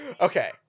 Okay